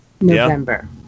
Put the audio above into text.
november